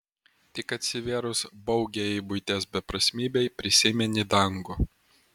tik atsivėrus baugiajai buities beprasmybei prisimeni dangų